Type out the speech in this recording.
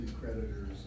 creditors